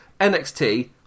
NXT